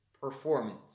performance